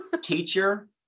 Teacher